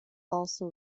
also